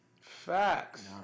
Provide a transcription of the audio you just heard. Facts